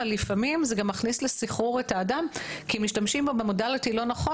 לפעמים זה גם מכניס את האדם לסחרור כי משתמשים בו במודליטי לא נכון